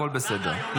הכול בסדר.